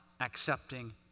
accepting